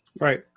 Right